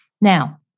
Now